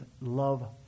love